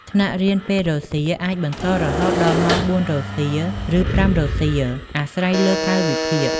ថ្នាក់រៀនពេលរសៀលអាចបន្តរហូតដល់ម៉ោង ៤ រសៀល ឬ ៥ រសៀល អាស្រ័យលើកាលវិភាគ។